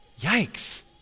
Yikes